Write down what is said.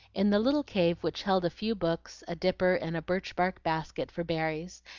in the little cave which held a few books, a dipper, and a birch-bark basket for berries,